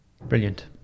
brilliant